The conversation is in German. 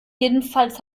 jedenfalls